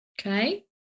Okay